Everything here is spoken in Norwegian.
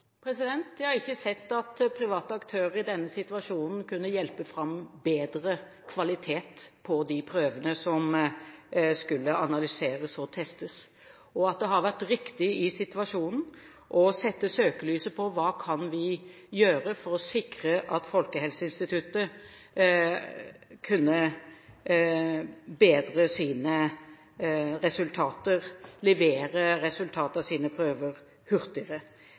Jeg har ikke sett at private aktører i denne situasjonen kunne hjelpe fram bedre kvalitet på de prøvene som skulle analyseres og testes. Det har vært riktig i situasjonen å sette søkelyset på hva vi kan gjøre for å sikre at Folkehelseinstituttet kunne bedre sine resultater, levere resultatet av sine prøver hurtigere.